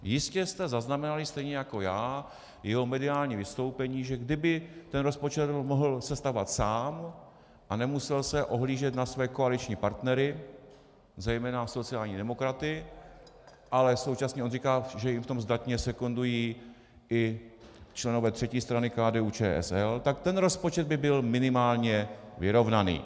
Jistě jste zaznamenali stejně jako já jeho mediální vystoupení, že kdyby ten rozpočet mohl sestavovat sám a nemusel se ohlížet na své koaliční partnery, zejména sociální demokraty, ale současně on říká, že jim v tom zdatně sekundují i členové třetí strany, KDUČSL, tak ten rozpočet by byl minimálně vyrovnaný.